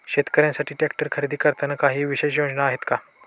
शेतकऱ्यांसाठी ट्रॅक्टर खरेदी करताना काही विशेष योजना आहेत का?